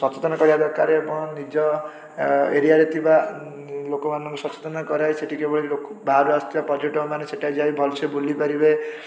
ସଚେତନ କରିବା ଦରକାର ଏବଂ ନିଜ ଏଁ ଏରିଆରେ ଥିବା ଲୋକମାନଙ୍କୁ ସଚେତନ କରାଇ ସେଇଠି କେବଳ ଲୋକ ବାହାରୁ ଆସୁଥିବା ପର୍ଯ୍ୟଟକମାନେ ସେଠାରେ ଯାଇ ଭଲସେ ବୁଲିପାରିବେ